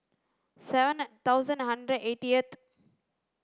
seven thousand hundred eightieth